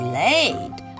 late